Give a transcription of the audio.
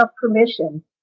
permission